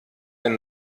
ein